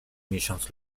miesiąc